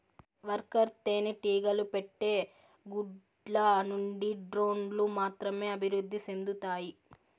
worker తేనెటీగలు పెట్టే గుడ్ల నుండి డ్రోన్లు మాత్రమే అభివృద్ధి సెందుతాయి